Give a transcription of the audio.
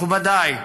מכובדיי,